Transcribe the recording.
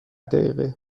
دقیقه